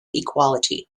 equality